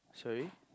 sorry